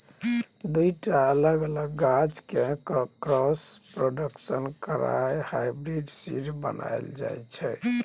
दु टा अलग अलग गाछ केँ क्रॉस प्रोडक्शन करा हाइब्रिड सीड बनाएल जाइ छै